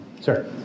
Sir